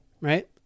right